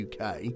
UK